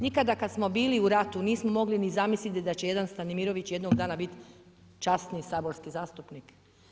Nikada kad smo bili u ratu, nismo mogli ni zamisliti da će jedan Satnimirović jednog dana biti časni saborski zastupnik.